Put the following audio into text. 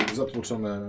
zatłoczone